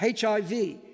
HIV